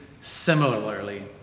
similarly